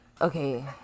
okay